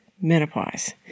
menopause